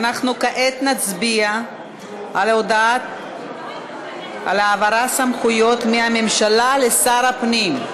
אנחנו כעת נצביע על העברת סמכויות מהממשלה לשר הפנים.